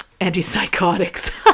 Antipsychotics